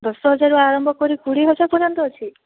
ଦଶ ହଜାରରୁ ଆରମ୍ଭ କରି କୋଡ଼ିଏ ହଜାର ପର୍ଯ୍ୟନ୍ତ ଅଛି